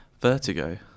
Vertigo